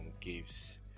gives